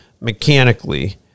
mechanically